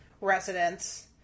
residents